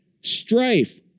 strife